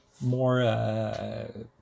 more